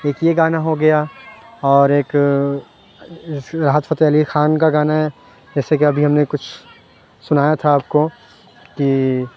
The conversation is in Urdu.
ایک یہ گانا ہو گیا اور ایک راحت فتح علی خان کا گانا ہے جیسے کہ ابھی ہم نے کچھ سنایا تھا آپ کو کہ